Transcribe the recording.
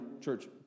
church